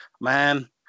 Man